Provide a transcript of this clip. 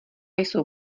jsou